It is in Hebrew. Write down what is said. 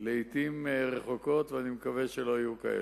לעתים רחוקות, ואני מקווה שלא יהיו כאלה.